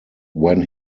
when